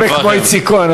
אין הרבה כמו איציק כהן,